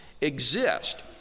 exist